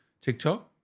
TikTok